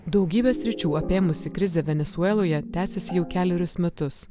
daugybę sričių apėmusi krizė venesueloje tęsėsi jau kelerius metus